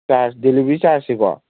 charge delivery ꯆꯥꯔꯖꯁꯦꯀꯣ